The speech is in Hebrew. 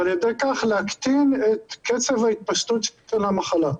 ועל-ידי כך להקטין את קצב ההתפשטות של המחלה.